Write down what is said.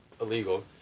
illegal